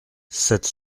sept